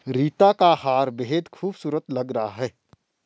रीता का हार बेहद खूबसूरत लग रहा है